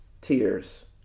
tears